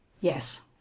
Yes